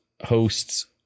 host's